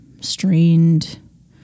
strained